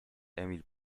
emil